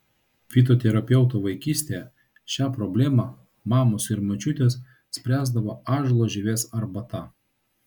fitoterapeuto vaikystėje šią problemą mamos ir močiutės spręsdavo ąžuolo žievės arbata